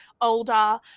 older